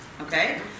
Okay